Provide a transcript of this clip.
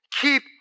keep